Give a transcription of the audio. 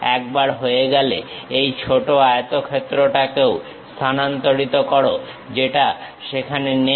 একবার হয়ে গেলে এই ছোট আয়তক্ষেত্রটাকেও স্থানান্তরিত করো যেটা সেখানে নেই